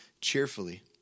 cheerfully